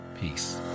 Peace